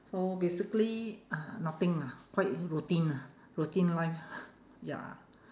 so basically uh nothing lah quite routine lah routine life ya